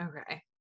Okay